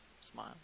smile